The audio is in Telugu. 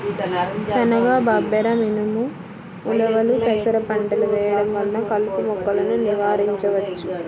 శనగ, బబ్బెర, మినుము, ఉలవలు, పెసర పంటలు వేయడం వలన కలుపు మొక్కలను నివారించవచ్చు